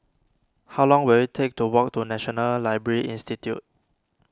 how long will it take to walk to National Library Institute